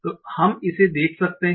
तो हम इसे देख सकते हैं